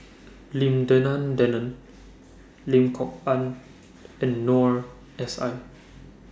Lim Denan Denon Lim Kok Ann and Noor S I